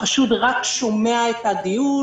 החשוד רק שומע את הדיון,